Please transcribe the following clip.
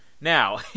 Now